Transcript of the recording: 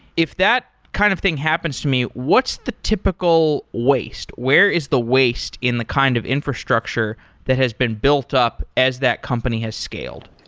if that kind of thing happens to me, what's the typical waste? where is the waste in the kind of infrastructure that has been built up as that company has scaled?